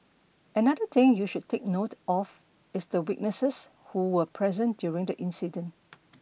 another thing you should take note of is the witnesses who were present during the incident